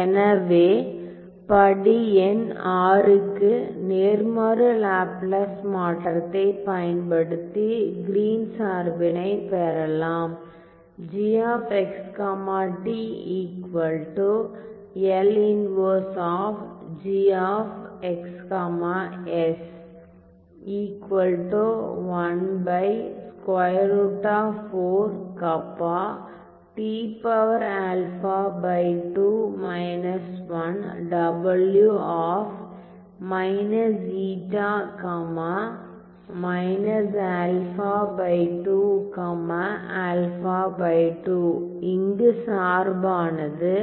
எனவே படி எண் VI க்கு நேர்மாறு லாப்லாஸ் மாற்றத்தைப் பயன்படுத்தி கிரீன் Green's சார்பினைப் பெறலாம் இங்கு சார்பானது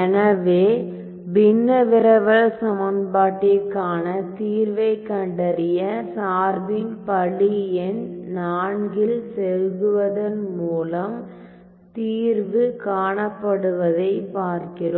எனவே பின்ன விரவல் சமன்பாட்டிற்கான தீர்வைக் கண்டறிய சார்பின் படி எண் IV இல் செருகுவதன் மூலம் தீர்வு காணப்படுவதைக் பார்க்கிறோம்